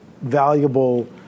valuable